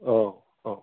औ औ